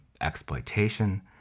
exploitation